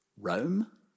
Rome